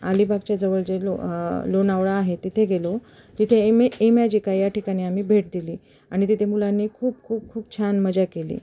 अलिबागच्या जवळ जे लो लोणावळा आहे तिथे गेलो तिथे इमे इमॅजिका या ठिकाणी आम्ही भेट दिली आणि तिथे मुलांनी खूप खूप खूप छान मजा केली